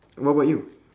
what about you